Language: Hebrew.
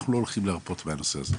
אנחנו לא הולכים להרפות מהנושא הזה.